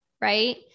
right